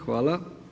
Hvala.